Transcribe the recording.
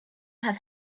have